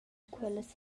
quellas